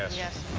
yes.